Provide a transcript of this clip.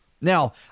Now